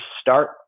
start